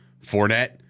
Fournette